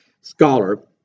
scholar